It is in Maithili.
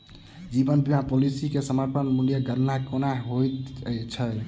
जीवन बीमा पॉलिसी मे समर्पण मूल्यक गणना केना होइत छैक?